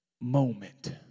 moment